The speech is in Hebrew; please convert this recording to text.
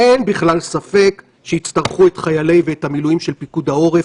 אין בכלל ספק שיצטרכו את החיילים ואת המילואים של פיקוד העורף.